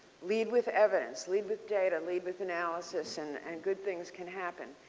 lead with evidence. lead with data. lead with analysis and and good things can happen.